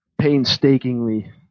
painstakingly